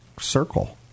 circle